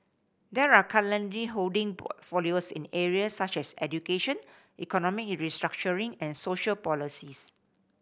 they are currently holding portfolios in areas such as education economic restructuring and social policies